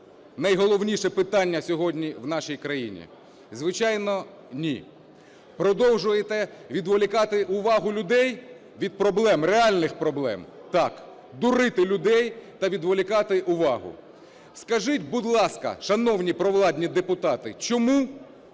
найголовніше питання сьогодні в нашій країні? Звичайно, ні. Продовжуєте відволікати увагу людей від проблем, реальних проблем? Так. Дурити людей та відволікати увагу. Скажіть, будь ласка, шановні провладні депутати, чому